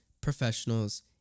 professionals